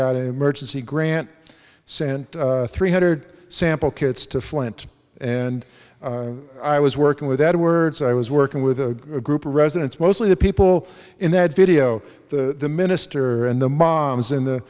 got emergency grant sent three hundred sample kits to flint and i was working with edwards i was working with a group of residents mostly the people in that video the minister and the moms in the